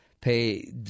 pay